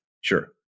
sure